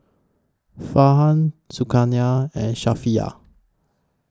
Farhan Zulkarnain and Safiya